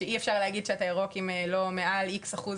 שאי אפשר להגיד שאתה ירוק אם לא איקס אחוז